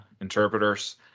interpreters